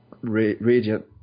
Radiant